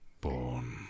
Born